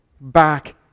back